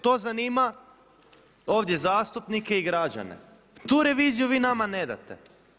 To zanima, ovdje zastupnike i građane, tu reviziju nama nedate.